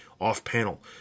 off-panel